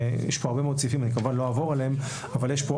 יש כאן הרבה מאוד סעיפים אני כמובן לא אעבור עליהם אבל יש כאן